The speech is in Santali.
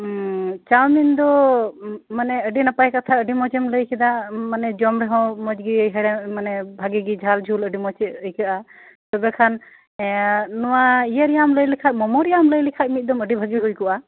ᱪᱟᱣᱢᱤᱱ ᱫᱚ ᱢᱟᱱᱮ ᱟᱹᱰᱤ ᱱᱟᱯᱟᱭ ᱠᱟᱛᱷᱟ ᱟᱹᱰᱤ ᱢᱚᱸᱡᱽ ᱮᱢ ᱞᱟᱹᱭ ᱠᱮᱫᱟ ᱢᱟᱱᱮ ᱡᱚᱢ ᱨᱮᱦᱚᱸ ᱢᱚᱸᱡᱽ ᱜᱮ ᱦᱮᱲᱮ ᱢᱟᱱᱮ ᱵᱷᱟᱜᱤ ᱜᱮ ᱡᱷᱟᱞ ᱡᱷᱳᱞ ᱟᱹᱰᱤ ᱢᱚᱸᱡᱽ ᱟᱹᱭᱠᱟᱹᱜᱼᱟ ᱛᱚᱵᱮ ᱠᱷᱟᱱ ᱱᱚᱣᱟ ᱤᱭᱟᱹ ᱨᱮᱭᱟᱜ ᱞᱟᱹᱭ ᱞᱮᱠᱷᱟᱡ ᱢᱳᱢᱳ ᱨᱮᱭᱟᱜ ᱞᱟᱹᱭ ᱞᱮᱠᱷᱟᱡ ᱢᱤᱫᱚᱢ ᱟᱹᱰᱤ ᱵᱷᱟᱜᱤ ᱦᱩᱭ ᱠᱚᱜᱼᱟ